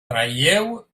traieu